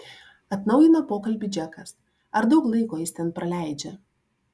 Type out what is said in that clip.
atnaujina pokalbį džekas ar daug laiko jis ten praleidžia